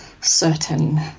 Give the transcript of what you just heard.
certain